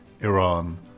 Iran